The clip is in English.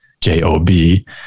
J-O-B